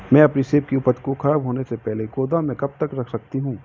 मैं अपनी सेब की उपज को ख़राब होने से पहले गोदाम में कब तक रख सकती हूँ?